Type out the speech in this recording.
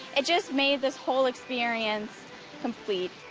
it just made this whole experience complete.